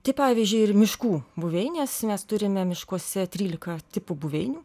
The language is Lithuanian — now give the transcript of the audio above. tai pavyzdžiui ir miškų buveinės mes turime miškuose trylika tipų buveinių